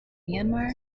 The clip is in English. myanmar